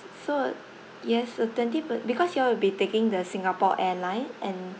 so yes a twenty per because y'all will be taking the singapore airline and